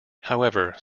however